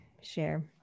share